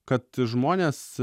kad žmonės